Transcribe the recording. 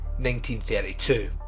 1932